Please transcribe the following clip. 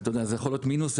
זה יכול להיות מינוס,